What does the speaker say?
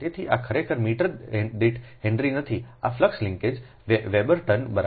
તેથી આ ખરેખર મીટર દીઠ હેનરી નથી આ ફ્લક્સ લિન્કેજ વેવર ટન બરાબર છે